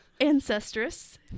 ancestress